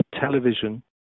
television